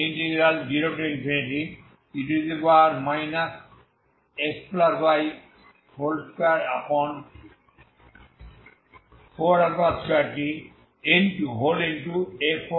0e xy242tfdyহয়